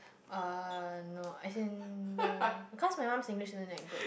uh no as in no because my mum English isn't that good